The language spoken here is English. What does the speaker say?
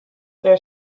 their